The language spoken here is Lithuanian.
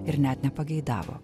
ir net nepageidavo